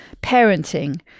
parenting